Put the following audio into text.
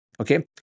Okay